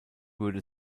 würde